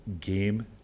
game